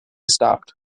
stopped